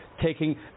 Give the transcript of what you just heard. taking